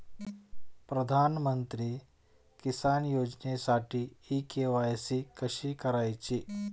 प्रधानमंत्री किसान योजनेसाठी इ के.वाय.सी कशी करायची?